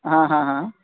ہاں ہاں ہاں